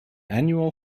annual